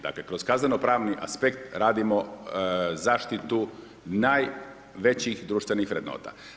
Dakle kroz kazneno-pravni aspekt radimo zaštitu najvećih društvenih vrednota.